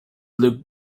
looked